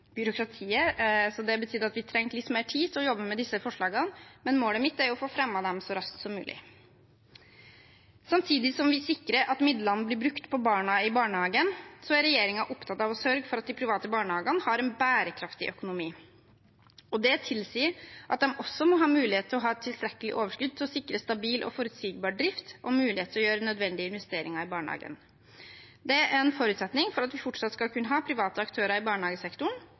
Det betydde at vi trengte litt mer tid til å jobbe med disse forslagene, men målet mitt er å få fremmet dem så raskt som mulig. Samtidig som vi sikrer at midlene blir brukt på barna i barnehagen, er regjeringen opptatt av å sørge for at de private barnehagene har en bærekraftig økonomi. Det tilsier at de også må ha mulighet til å ha et tilstrekkelig overskudd til å sikre stabil og forutsigbar drift og mulighet til å gjøre nødvendige investeringer i barnehagen. Det er en forutsetning for at vi fortsatt skal kunne ha private aktører i barnehagesektoren